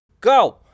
Go